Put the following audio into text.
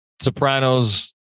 sopranos